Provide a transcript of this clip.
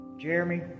Jeremy